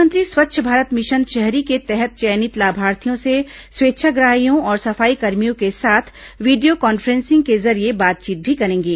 प्रधानमंत्री स्वच्छ भारत मिशन शहरी के तहत चयनित लाभार्थियों से स्च्वेच्छाग्रहियों और सफाईकर्मियों के साथ वीडियो कांफ्रेंसिंग के जरिये बातचीत भी करेंगे